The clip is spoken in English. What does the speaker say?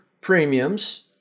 premiums